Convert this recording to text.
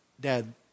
dad